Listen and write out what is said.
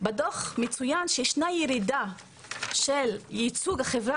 בדו"ח מצוין שישנה ירידה של ייצוג החברה